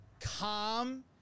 calm